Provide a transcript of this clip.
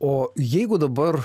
o jeigu dabar